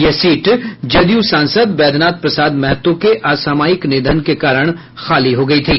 यह सीट जदयू सांसद बैद्यनाथ प्रसाद महतो के असामयिक निधन के कारण खाली हो गयी थी